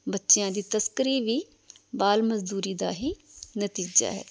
ਬੱਚਿਆਂ ਦੀ ਤਸਕਰੀ ਵੀ ਬਾਲ ਮਜ਼ਦੂਰੀ ਦਾ ਹੀ ਨਤੀਜਾ ਹੈ